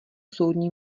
soudní